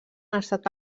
estat